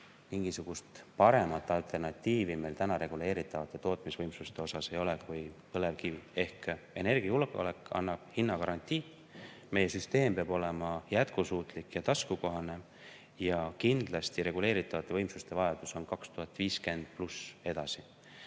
mingisugust paremat alternatiivi meil reguleeritavate tootmisvõimsuste mõttes ei ole kui põlevkivi. Ehk energiajulgeolek annab hinnagarantii, meie süsteem peab olema jätkusuutlik ja taskukohane ja kindlasti reguleeritavate võimsuste vajadus on 2050+ edasi.